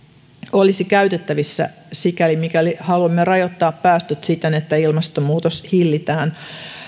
olisi käytettävissä sikäli mikäli haluamme rajoittaa päästöt siten että ilmastomuutos hillitään